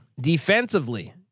defensively